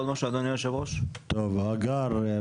כמה נקודות